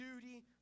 duty